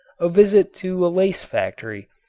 a visit to a lace factory,